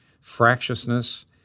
fractiousness